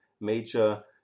major